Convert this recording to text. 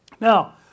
Now